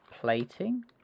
Plating